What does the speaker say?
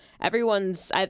everyone's